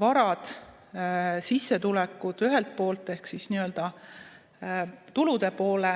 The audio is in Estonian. varad ja sissetulekud ühelt poolt ehk nii-öelda tulude poole